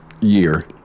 year